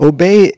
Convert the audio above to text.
Obey